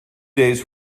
days